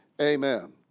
Amen